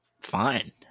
fine